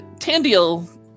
Tandil